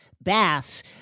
baths